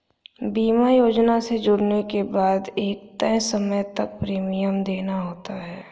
बीमा योजना से जुड़ने के बाद एक तय समय तक प्रीमियम देना होता है